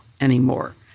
anymore